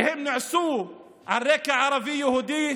שהם נעשו על רקע ערבי יהודי,